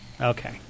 Okay